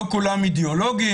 לא כולם אידיאולוגים,